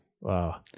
Wow